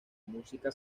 música